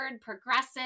progressive